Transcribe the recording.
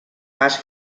pas